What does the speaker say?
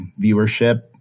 viewership